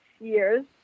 years